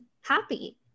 happy